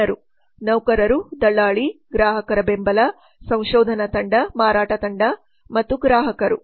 ಜನರುpeople ನೌಕರರು ದಳ್ಳಾಲಿ ಗ್ರಾಹಕರ ಬೆಂಬಲ ಸಂಶೋಧನಾ ತಂಡ ಮಾರಾಟ ತಂಡ ಮತ್ತು ಗ್ರಾಹಕರು